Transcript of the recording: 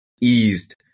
eased